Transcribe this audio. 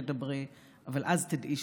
היכולת לתווך מידע לציבור ולדבר אליו באופן בהיר,